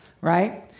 right